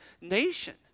nation